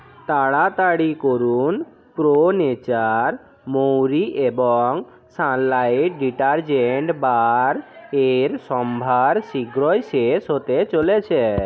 তাড়াতাড়ি করুন Pro Nature মৌরি এবং সানলাইট ডিটারজেন্ট বার এর সম্ভার শীঘ্রই শেষ হতে চলেছে